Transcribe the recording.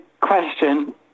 question